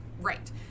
right